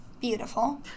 beautiful